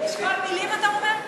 לשקול מילים אתה אומר?